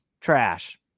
trash